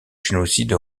génocide